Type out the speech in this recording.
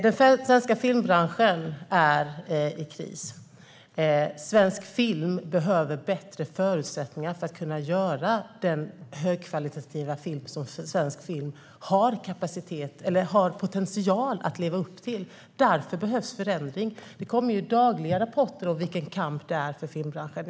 Den svenska filmbranschen är i kris. Svensk film behöver bättre förutsättningar för att kunna göra den högkvalitativa film som svensk film har potential att leva upp till. Därför behövs förändring. Det kommer dagliga rapporter om vilken kamp det är för filmbranschen.